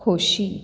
खोशी